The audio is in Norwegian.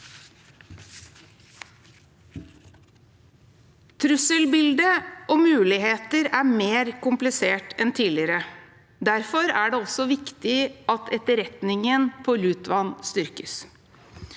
Trusselbildet og mulighetene er mer kompliserte enn tidligere. Derfor er det viktig at etterretningen på Lutvann styrkes.